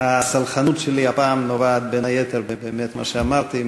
הסלחנות שלי הפעם נובעת, בין היתר, כמו שאמרתי,